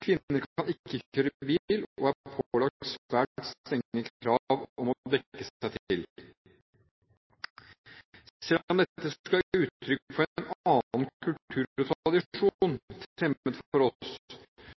Kvinner kan ikke kjøre bil, og er pålagt svært strenge krav om å dekke seg til. Selv om dette skulle være uttrykk for en annen